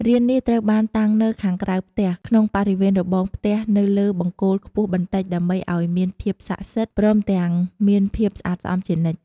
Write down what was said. រាននេះត្រូវបានតាំងនៅខាងក្រៅផ្ទះ ក្នុងបរិវេណរបងផ្ទះនៅលើបង្គោលខ្ពស់បន្តិចដើម្បីឲ្យមានភាពស័ក្តិសិទ្ធិព្រមទាំងមានភាពស្អាតស្អំជានិច្ច។